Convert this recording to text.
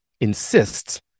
insists